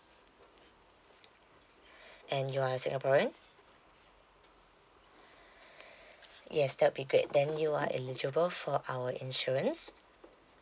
and you are a singaporean yes that'd be great then you are eligible for our insurance